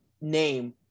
name